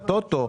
שהטוטו,